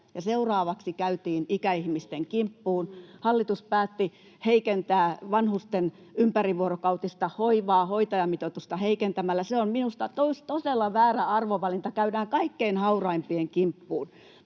seuraavaksi käytiin ikäihmisten kimppuun. Hallitus päätti heikentää vanhusten ympärivuorokautista hoivaa hoitajamitoitusta heikentämällä. Se on minusta todella väärä arvovalinta, että käydään kaikkein hauraimpien kimppuun.